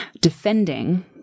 defending